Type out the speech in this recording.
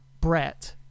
Brett